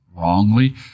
wrongly